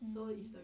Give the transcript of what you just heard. mm